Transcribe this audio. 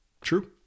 True